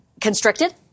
constricted